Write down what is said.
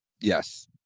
Yes